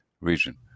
region